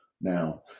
Now